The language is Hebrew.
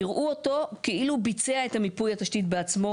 יראו אותו כאילו ביצע את מיפוי התשתית בעצמו",